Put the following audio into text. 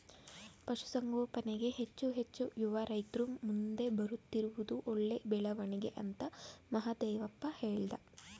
ಪಶುಸಂಗೋಪನೆಗೆ ಹೆಚ್ಚು ಹೆಚ್ಚು ಯುವ ರೈತ್ರು ಮುಂದೆ ಬರುತ್ತಿರುವುದು ಒಳ್ಳೆ ಬೆಳವಣಿಗೆ ಅಂತ ಮಹಾದೇವಪ್ಪ ಹೇಳ್ದ